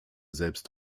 selbst